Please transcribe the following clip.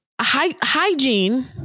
Hygiene